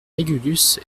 régulus